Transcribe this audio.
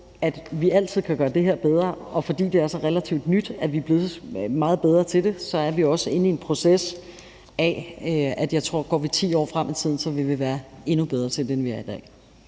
at vi altid kan gøre det her bedre, og fordi det er så relativt nyt og vi også er blevet meget bedre til det, så er vi også inde i en proces, hvor jeg også tror, at vi, hvis vi går 10 år frem i tiden, så vil være endnu bedre til det, end vi er i dag.